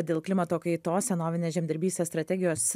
dėl klimato kaitos senovinės žemdirbystės strategijos